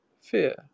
fear